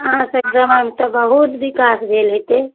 अहाँ सभ गाममे तऽ बहुत विकास भेल हेतय